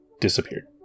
disappeared